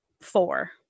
four